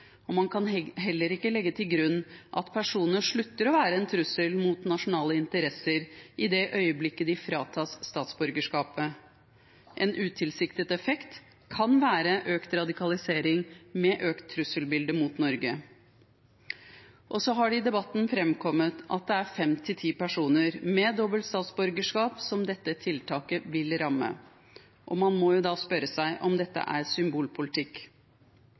og man kan heller ikke legge til grunn at personer slutter å være en trussel mot nasjonale interesser i det øyeblikket de fratas statsborgerskapet. En utilsiktet effekt kan være økt radikalisering med økt trusselbilde mot Norge. Det har i debatten framkommet at det er 5–10 personer med dobbelt statsborgerskap som dette tiltaket vil ramme. Man må da spørre seg om dette er symbolpolitikk.